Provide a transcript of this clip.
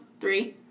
Three